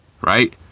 right